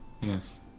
Yes